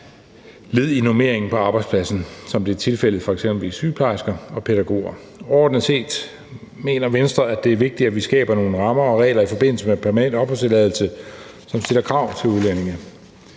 led i normeringen på arbejdspladsen, som det er tilfældet for f.eks. sygeplejersker og pædagoger. Overordnet set mener Venstre, at det er vigtigt, at vi skaber nogle rammer og regler i forbindelse med permanent opholdstilladelse, som stiller krav til udlændinge.